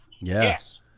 Yes